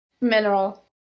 Mineral